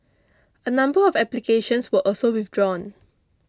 a number of applications were also withdrawn